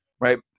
right